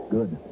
Good